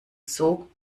zoo